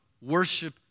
worship